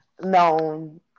known